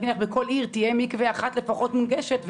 בכל עיר תהיה מקווה אחת לפחות מונגשת,